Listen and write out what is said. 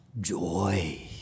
joy